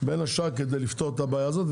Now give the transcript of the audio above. בין השאר כדי לפתור את הבעיה הזאת,